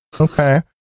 Okay